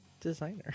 Designer